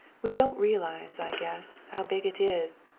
we don't realize, i guess, how big it is.